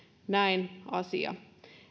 asia